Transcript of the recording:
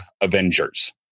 Avengers